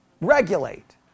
regulate